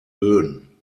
böen